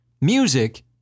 music